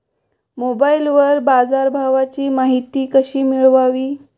मोबाइलवर बाजारभावाची माहिती कशी मिळवावी?